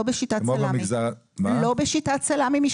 לא בשיטת סלמי,